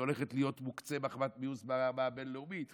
היא הולכת להיות מוקצה מחמת מיאוס ברמה הבין-לאומית,